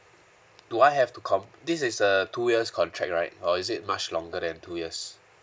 do I have to com~ this is a two years contract right or is it much longer than two years